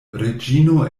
reĝino